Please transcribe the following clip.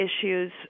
issues